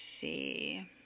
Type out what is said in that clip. see